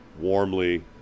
warmly